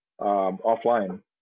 offline